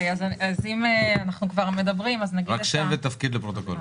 אז אם אנחנו כבר מדברים --- רק שם ותפקיד לפרוטוקול,